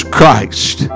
Christ